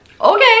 Okay